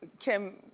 kim,